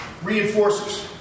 reinforcers